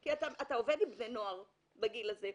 אני עובדת עם בני נוער בגיל הזה.